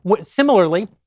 Similarly